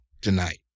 tonight